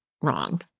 wrong